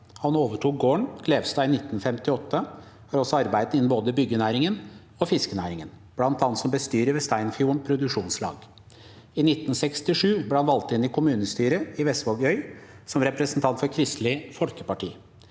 Han overtok gården Klevstad i 1958 og har også arbeidet innenfor både byggenæringen og fiskenæringen, bl.a. som bestyrer ved Steinfjorden Produksjonslag. I 1967 ble han valgt inn i kommunestyret i Vestvågøy som representant for Kristelig Folkeparti.